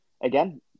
Again